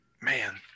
man